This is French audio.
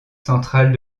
centrale